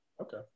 okay